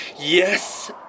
Yes